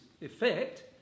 effect